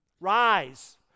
Rise